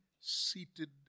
seated